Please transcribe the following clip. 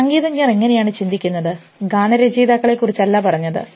സംഗീതജ്ഞർ എങ്ങനെയാണ് ചിന്തിക്കുന്നത് ഗാനരചയിതാക്കളെക്കുറിച്ച്ല്ല പറഞ്ഞത്